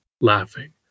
laughing